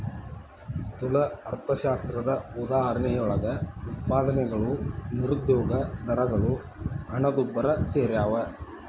ಸ್ಥೂಲ ಅರ್ಥಶಾಸ್ತ್ರದ ಉದಾಹರಣೆಯೊಳಗ ಉತ್ಪಾದನೆಗಳು ನಿರುದ್ಯೋಗ ದರಗಳು ಹಣದುಬ್ಬರ ಸೆರ್ಯಾವ